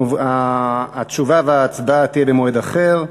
התשובה וההצבעה יהיו במועד אחר.